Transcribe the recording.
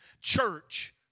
Church